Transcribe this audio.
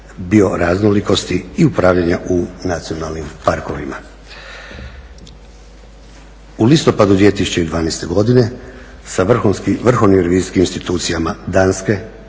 bioraznolikosti i upravljanja u nacionalnim parkovima. U listopadu 2012. godine sa vrhovnim revizijskim institucijama Danske,